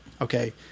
Okay